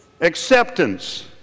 acceptance